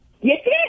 Yes